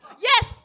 Yes